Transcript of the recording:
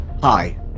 Hi